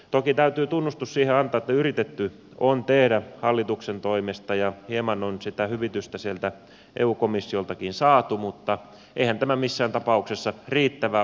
toki täytyy tunnustus siihen antaa että yritetty on tehdä hallituksen toimesta ja hieman on sitä hyvitystä sieltä eu komissioltakin saatu mutta eihän tämä missään tapauksessa riittävä ole